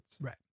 Right